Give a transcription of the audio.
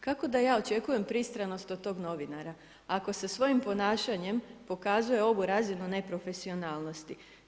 Kako da ja očekujem pristranost od tog novinara ako sa svojim ponašanjem pokazuje ovu razinu neprofesionalnosti?